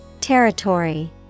Territory